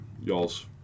y'all's